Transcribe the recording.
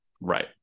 Right